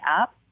up